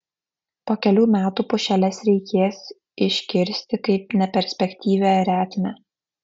po kelių metų pušeles reikės iškirsti kaip neperspektyvią retmę